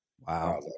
Wow